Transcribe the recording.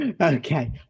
Okay